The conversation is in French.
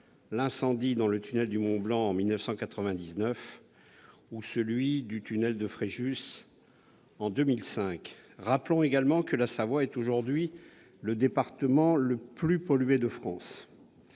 l'incendie dans le tunnel du Mont-Blanc en 1999 ou celui du tunnel de Fréjus en 2005. Rappelons également que la Savoie est aujourd'hui le département le plus pollué de France.